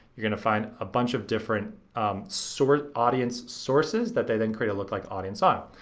you're gonna find a bunch of different sort of audience sources that they then create a lookalike audience ah of.